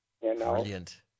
Brilliant